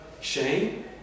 Shane